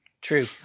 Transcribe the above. True